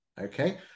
Okay